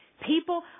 People